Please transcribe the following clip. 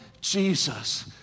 Jesus